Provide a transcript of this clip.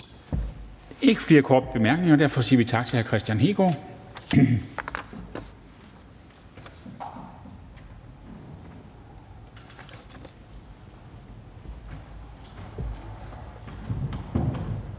ikke flere korte bemærkninger, og derfor siger vi tak til hr. Kristian Hegaard.